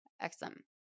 Excellent